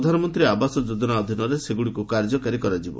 ପ୍ରଧାନମନ୍ତ୍ରୀ ଆଓ୍ୱାସ ଯୋଜନା ଅଧୀନରେ ସେଗୁଡିକୁ କାର୍ଯ୍ୟକାରୀ କରାଯିବ